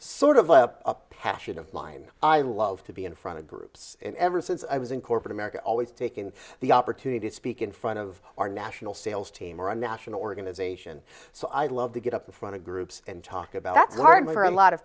sort of a passion of mine i love to be in front of groups ever since i was in corporate america always taking the opportunity to speak in front of our national sales team or a national organisation so i'd love to get up in front of groups and talk about that's the hard way for a lot of